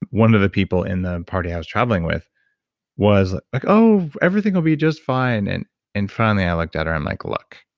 one of the people in the party i was traveling with was like, oh, everything will be just fine. and and finally i looked at her, i'm like, look.